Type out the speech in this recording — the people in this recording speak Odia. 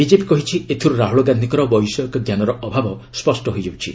ବିଜେପି କହିଛି ଏଥିରୁ ରାହୁଳ ଗାନ୍ଧିଙ୍କର ବୈଷୟିକଜ୍ଞାନର ଅଭାବ ସ୍ୱଷ୍ଟ ହୋଇଯାଉଛି